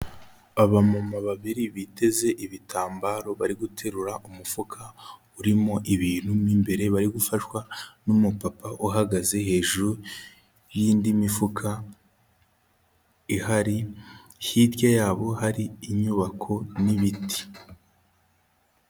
Abamama babiri biteze ibitambaro bari guterura umufuka urimo ibintu mo imbere, bari gufashwa n'umupapa uhagaze hejuru y'indi mifuka ihari, hirya yabo hari inyubako n'ibiti.